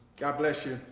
god bless you!